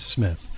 Smith